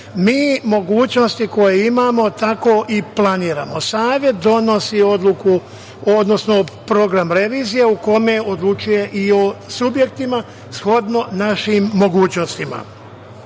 Mi mogućnosti koje imao tako i planiramo. Savet donosi odluku, odnosno program revizije u kome odlučuje i o subjektima shodno našim mogućnostima. Osim